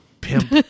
pimp